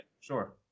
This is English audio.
sure